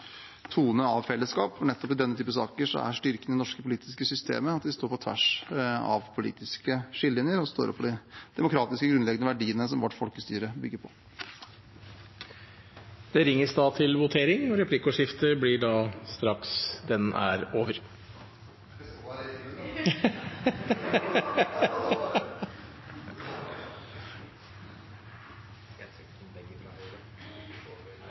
tone av fellesskap. Nettopp i denne typen saker er styrken i det norske politiske systemet at vi står sammen på tvers av politiske skillelinjer og står opp for de demokratiske, grunnleggende verdiene som vårt folkestyre bygger på. Det ringes da til votering, og det blir replikkordskifte straks voteringen er